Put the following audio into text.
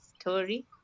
story